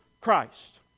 Christ